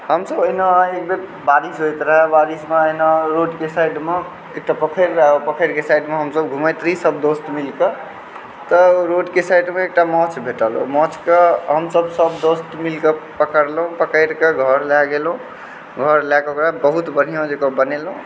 हमसभ अहिना एकबेर बारिश होइत रहए बारिशमे अहिना रोडके साइडमे एकटा पोखरि रहए पोखरिके साइड हमसभ घूमैत रही सभदोस्त मिलके तऽ रोडके साइडमे एकटा माछ भेटल ओहि माछके हमसभ सभ दोस्त मिलिके पकड़लहुँ पकड़ि कऽ घर लए गेलहुँ घर लए कऽ ओकरा बहुत बढ़िआँ जकाँ बनेलहुँ